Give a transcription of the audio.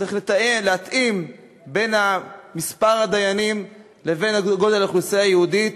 צריך להתאים את מספר הדיינים לגודל האוכלוסייה היהודית,